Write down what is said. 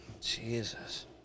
Jesus